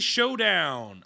Showdown